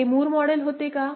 ते मूर मॉडेल होते का